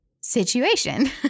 situation